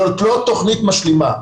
זאת לא תוכנית משלימה.